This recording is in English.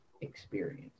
experience